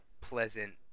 pleasant